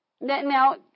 Now